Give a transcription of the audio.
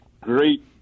great